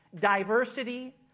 diversity